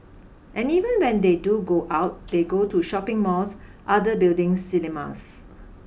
and even when they do go out they go to shopping malls other buildings cinemas